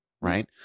right